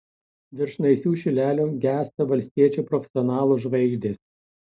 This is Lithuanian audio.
virš naisių šilelio gęsta valstiečių profesionalų žvaigždės